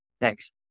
Thanks